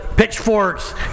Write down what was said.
pitchforks